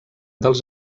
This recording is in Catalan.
dels